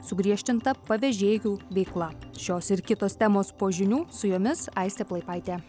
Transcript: sugriežtinta pavežėjų veikla šios ir kitos temos po žinių su jomis aistė plaipaitė